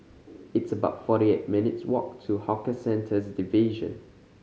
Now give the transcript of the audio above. it's about forty eight minutes' walk to Hawker Centres Division